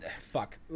Fuck